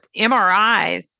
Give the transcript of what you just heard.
MRIs